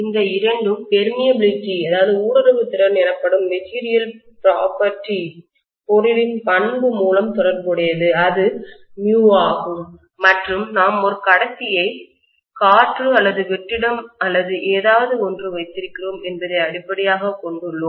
இந்த இரண்டும் பெர்மியபிலில்டி ஊடுருவு திறன் எனப்படும் ஒரு மெட்டீரியல் பிராப்பர்டி பொருள் பண்பு மூலம் தொடர்புடையது அது μ ஆகும் மற்றும் நாம் ஒரு கடத்தியை காற்று அல்லது வெற்றிடம் அல்லது ஏதாவது ஒன்று வைத்திருக்கிறோம் என்பதை அடிப்படையாகக் கொண்டுள்ளோம்